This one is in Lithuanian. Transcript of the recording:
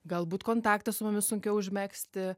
galbūt kontaktą su mumis sunkiau užmegzti